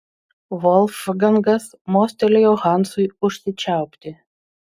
volfgangas mostelėjo hansui užsičiaupti